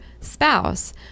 spouse